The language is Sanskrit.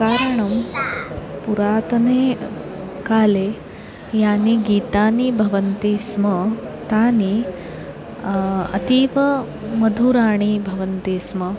कारणं पुरातने काले यानि गीतानि भवन्ति स्म तानि अतीव मधुराणि भवन्ति स्म